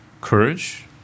courage